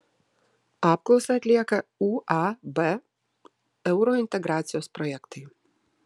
apklausą atlieka uab eurointegracijos projektai